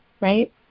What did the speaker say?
right